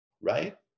right